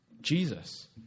Jesus